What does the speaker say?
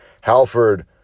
Halford